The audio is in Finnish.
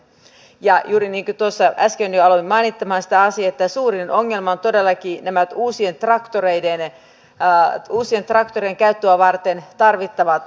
juuri niin kuin tuossa äsken jo aloin mainitsemaan sitä asiaa suurin ongelma on todellakin nämä uusien traktoreiden käyttöä varten tarvittavat ajokortit